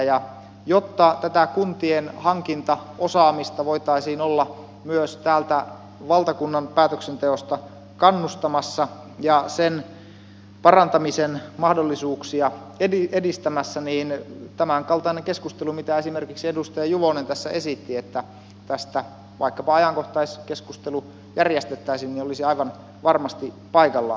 ja jotta tätä kuntien hankintaosaamista voitaisiin olla myös täältä valtakunnan päätöksenteosta kannustamassa ja sen parantamisen mahdollisuuksia edistämässä niin tämänkaltainen keskustelu mitä esimerkiksi edustaja juvonen tässä esitti että tästä vaikkapa ajankohtaiskeskustelu järjestettäisiin olisi aivan varmasti paikallaan